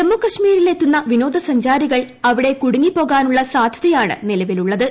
ജമ്മു കശ്മീരിലെത്തുന്നു വിനോദസഞ്ചാരികൾഅവിടെകുടുങ്ങിപ്പോകാനുള്ള സാധ്യതയാണ് നിലവിലുള്ളത്